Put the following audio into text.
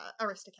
Aristocats